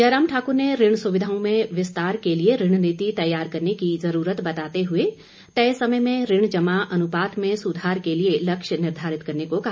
जयराम ठाकुर ने ऋण सुविधाओं में विस्तार के लिए ऋण नीति तैयार करने की जरूरत बताते हुए तय समय में ऋण जमा अनुपात में सुधार के लिए लक्ष्य निर्धारित करने को कहा